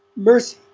mercy!